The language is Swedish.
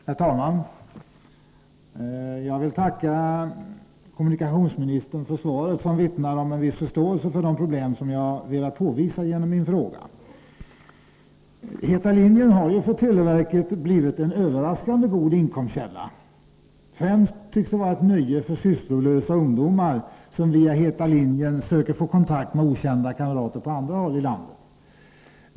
Herr talman! Jag vill tacka kommunikationsministern för svaret, som vittnar om att han har en viss förståelse för de problem som jag har velat påvisa genom min fråga. ”Heta linjen” har blivit en överraskande god inkomstkälla för televerket. Den tycks främst användas av sysslolösa ungdomar, som finner ett nöje i att via ”heta linjen” försöka få kontakt med okända kamrater på andra håll i landet.